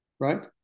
Right